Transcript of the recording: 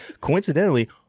coincidentally